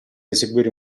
eseguire